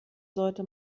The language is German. sollte